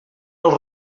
els